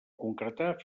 concretar